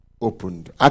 opened